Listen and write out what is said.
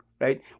right